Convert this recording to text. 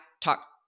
talk